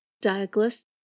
Douglas